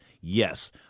Yes